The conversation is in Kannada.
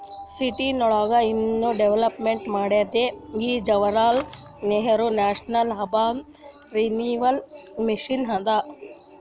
ಸಿಟಿಗೊಳಿಗ ಇನ್ನಾ ಡೆವಲಪ್ಮೆಂಟ್ ಮಾಡೋದೇ ಈ Jawaharlal Nehru national urban renewal mission ಅದಾ